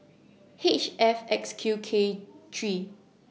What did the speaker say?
H F X Q K three